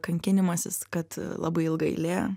kankinimasis kad labai ilga eilė